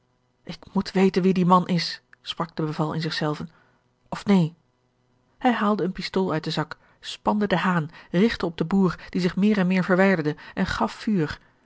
ik moet weten wie die man is sprak de beval in zichzelven of neen hij haalde eene pistool uit den zak spande den haan rigtte op den boer die zich meer en meer verwijderde en gaf vuur